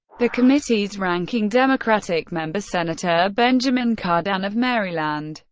the committee's ranking democratic member, senator benjamin cardin of maryland,